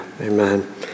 amen